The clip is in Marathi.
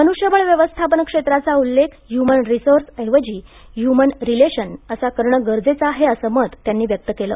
मनुष्यबळ व्यवस्थापन क्षेत्राचा उल्लेख ह्युमन रिसोर्स ऐवजी ह्युमन रिलेशन असा करणं गरजेचं आहे असं मत त्यांनी व्यक्त केलं